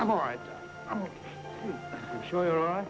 i'm all right i'm sure